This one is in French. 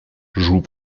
joue